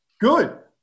Good